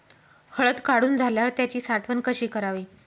हळद काढून झाल्यावर त्याची साठवण कशी करावी?